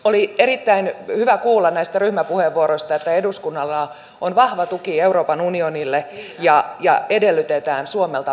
oli erittäin hyvä kuulla näistä ryhmäpuheenvuoroista että eduskunnalla on vahva tuki euroopan unionille ja edellytetään suomelta vahvaa roolia